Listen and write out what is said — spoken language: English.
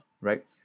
right